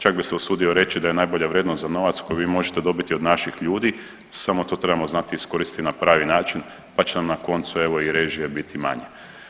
Čak bi se usudio reći da je najbolja vrijednost za novac koju vi možete dobiti od naših ljudi samo to trebamo znati iskoristiti na pravi način pa će nam na koncu evo i režije biti manje.